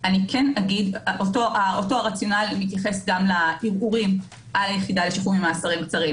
אותו רציונל מתייחס גם לערעורים על היחידה לשחרור ממאסרים קצרים